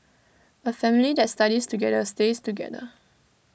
A family that studies together stays together